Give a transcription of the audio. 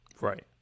Right